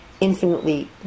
infinitely